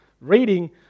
reading